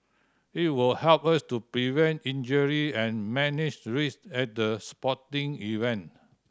it will help us to prevent injury and manage risks at the sporting event